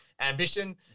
Ambition